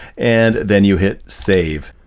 and then you hit save.